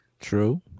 true